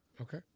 Okay